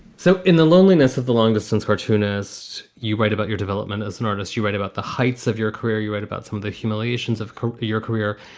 so in the loneliness of the long-distance watchfulness, you write about your development as an artist. you write about the heights of your career. you write about some of the humiliations of your career.